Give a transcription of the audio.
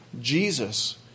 Jesus